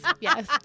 yes